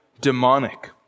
demonic